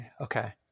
okay